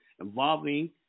involving